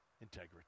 integrity